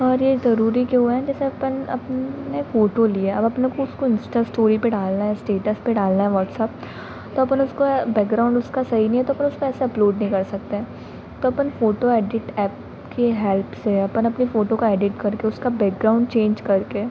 और यह ज़रूरी क्यों है जैसे अपन अपन ने फ़ोटो लिया अब अपने को उसको इंस्टा स्टोरी पर डालना है स्टेटस पर डालना है वट्सअप तो अपन उसको बैकग्राउन्ड उसका सही नहीं है तो अपन उसको ऐसे अपलोड नहीं कर सकते हैं तो अपन फ़ोटो एडिट ऐप की हेल्प से अपन अपनी फ़ोटो काे एडिट करके उसका बैकग्राउन्ड चेंज करके